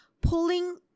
pulling